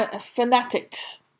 fanatics